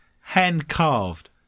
hand-carved